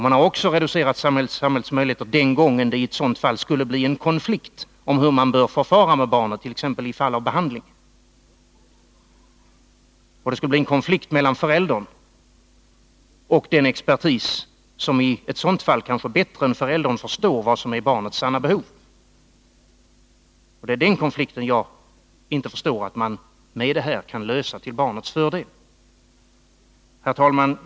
Man har också reducerat samhällets möjligheter att träda in, om det skulle bli en konflikt om hur man bör förfara med barnet, t.ex. i fall av behandling, en konflikt mellan föräldern och den expertis som kanske bättre än föräldern förstår vad som är barnets sanna behov. Jag kan inte förstå att man med det här förslaget har möjlighet att lösa en sådan konflikt till barnets fördel. Herr talman!